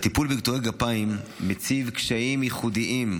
הטיפול בקטועי גפיים מציב קשיים ייחודיים,